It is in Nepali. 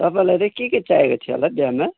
तपाईँलाई चाहिँ के के चाहिएको थियो होला बिहामा